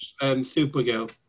Supergirl